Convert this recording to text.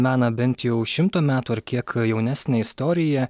mena bent jau šimto metų ar kiek jaunesnę istoriją